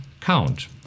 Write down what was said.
count